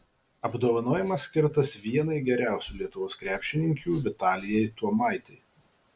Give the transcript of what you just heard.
apdovanojimas skirtas vienai geriausių lietuvos krepšininkių vitalijai tuomaitei